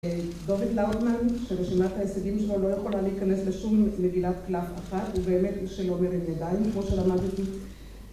דוביק לאוטמן, שרשימת ההשגים שלו לא יכול לה להיכנס לשום מגילת קלף אחת, הוא באמת איש שלא מרים ידיים, כמו שלמדתי